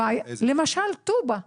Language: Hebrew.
למשל טובא זנגריה,